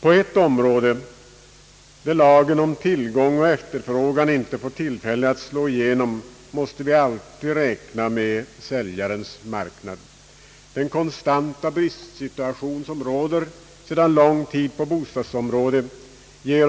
På ett område där lagen om tillgång och efterfrågan inte får tillfälle att slå igenom måste vi alltid räkna med säljarens marknad. Den konstanta bristsituationen som råder sedan lång tid tillbaka på bostadsområdet ger